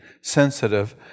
sensitive